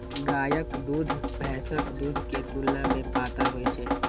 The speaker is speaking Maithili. गायक दूध भैंसक दूध के तुलना मे पातर होइ छै